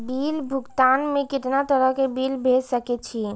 Bill भुगतान में कितना तरह के बिल भेज सके छी?